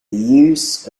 use